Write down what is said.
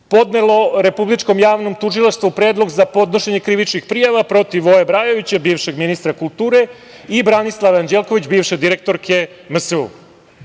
podnelo Republičkom javnom tužilaštvu predlog za podnošenje krivičnih prijava protiv Voje Brajovića, bivšeg ministra kulture i Branislave Anđelković, bivše direktorke